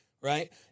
right